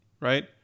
right